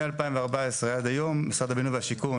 מ-2014 ועד היום משרד הבינוי והשיכון,